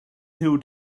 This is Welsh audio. huw